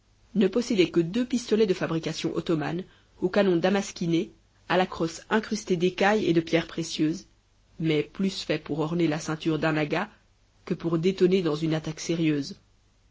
ne possédait que deux pistolets de fabrication ottomane au canon damasquiné à la crosse incrustée d'écaille et de pierres précieuses mais plus faits pour orner la ceinture d'un agha que pour détonner dans une attaque sérieuse